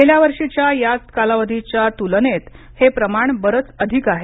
गेल्या वर्षीच्या याच कालावधीच्या तूलनेत हे प्रमाण बरंच अधिक आहे